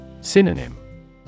Synonym